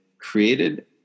created